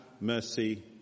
mercy